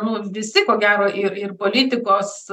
nu visi ko gero ir ir politikos